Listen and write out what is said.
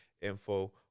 Info